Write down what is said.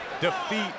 defeat